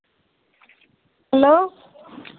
hello